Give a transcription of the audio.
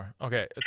okay